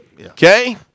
Okay